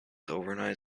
overnight